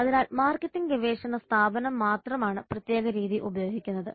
അതിനാൽ മാർക്കറ്റിംഗ് ഗവേഷണ സ്ഥാപനം മാത്രമാണ് പ്രത്യേക രീതി ഉപയോഗിക്കുന്നത്